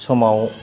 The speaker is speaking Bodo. समाव